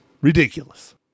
ridiculous